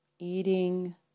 Eating